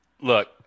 Look